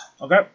Okay